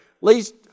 least